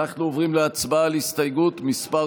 אנחנו עוברים להצבעה על הסתייגות מס'